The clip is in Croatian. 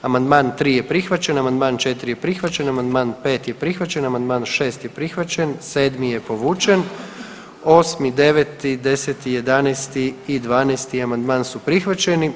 Amandman 3 je prihvaćen, amandman 4 je prihvaćen, amandman 5 je prihvaćen, amandman 6 je prihvaćen, 7. je povučen, 8., 9., 10., 11. i 12. amandman su prihvaćeni.